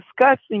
discussing